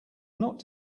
not